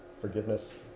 forgiveness